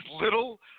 little